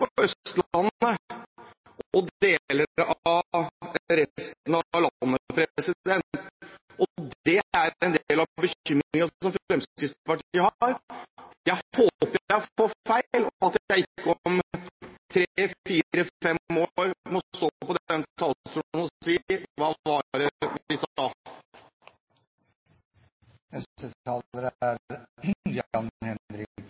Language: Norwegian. og deler av resten av landet, og det er en del av bekymringen som Fremskrittspartiet har. Jeg håper jeg tar feil, og at jeg om tre–fire–fem år ikke må stå på denne talerstolen og si: Hva var det vi sa?